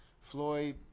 Floyd